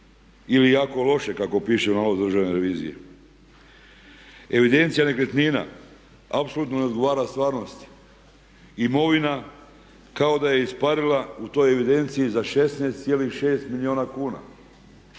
ili jako loše kako piše u nalazu državne revije. Evidencija nekretnina apsolutno ne odgovara stvarnosti. Imovina kao da je isparila u toj evidenciji za 16,6 milijuna kuna.